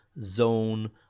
zone